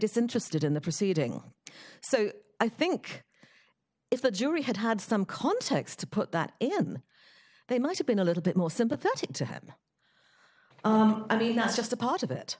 disinterested in the proceeding so i think if the jury had had some context to put that in they might have been a little bit more sympathetic to him not just a part of it